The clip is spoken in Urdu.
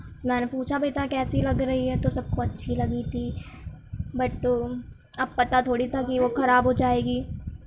میں نے پوچھا بھی تھا کیسی لگ رہی ہے تو سب کو اچھی لگی تھی بٹ اب پتہ تھوڑی تھا کہ وہ خراب ہو جائے گی